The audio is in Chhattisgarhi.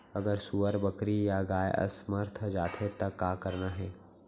अगर सुअर, बकरी या गाय असमर्थ जाथे ता का करना हे?